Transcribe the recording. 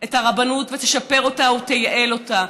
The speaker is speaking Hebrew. את הרבנות ותשפר אותה ותייעל אותה,